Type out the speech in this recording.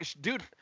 dude